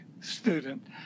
student